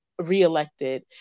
reelected